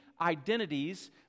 identities